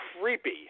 creepy